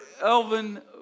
Elvin